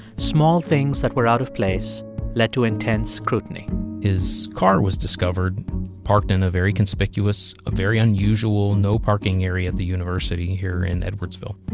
small things that were out of place led to intense scrutiny his car was discovered parked in a very conspicuous, a very unusual, no-parking area at the university here in edwardsville.